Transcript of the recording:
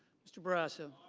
mr. barrasso.